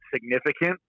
significant